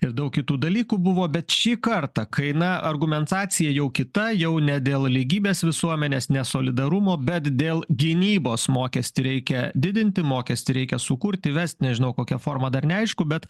ir daug kitų dalykų buvo bet šį kartą kai na argumentacija jau kita jau ne dėl lygybės visuomenės nesolidarumo bet dėl gynybos mokestį reikia didinti mokestį reikia sukurt įvest nežinau kokia forma dar neaišku bet